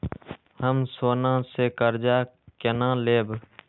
हम सोना से कर्जा केना लैब?